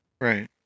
Right